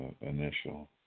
initial